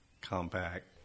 compact